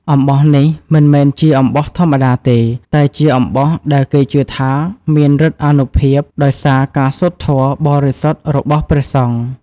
អំបោះនេះមិនមែនជាអំបោះធម្មតាទេ តែជាអំបោះដែលគេជឿថាមានឫទ្ធិអានុភាពដោយសារការសូត្រធម៌បរិសុទ្ធរបស់ព្រះសង្ឃ។